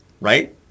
right